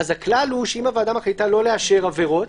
הכלל הוא שאם הוועדה מחליטה לא לאשר עבירות,